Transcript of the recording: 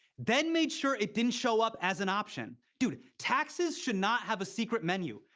then made sure it didn't show up as an option. dude, taxes should not have a secret menu.